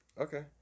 Okay